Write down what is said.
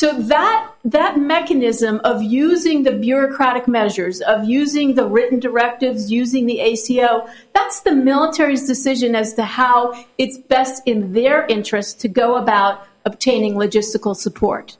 so that that mechanism of using the bureaucratic measures of using the written directives using the a c l that's the military's decision as to how it's best in their interests to go about obtaining logistical support